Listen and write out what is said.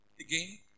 again